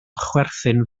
chwerthin